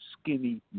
skinny